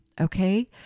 Okay